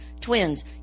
twins